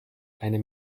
einem